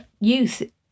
Youth